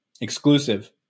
Exclusive